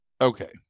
Okay